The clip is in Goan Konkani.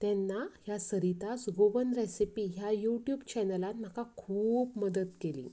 तेन्ना ह्या सरितास गोवन रॅसिपी ह्या युट्यूब चॅनलान म्हाका खूब मदत केली